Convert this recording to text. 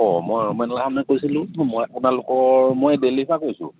অঁ মই ৰমেন লালনে কৈছিলোঁ মই আপোনালোকৰ মই দেল্লীৰপৰা কৈছোঁ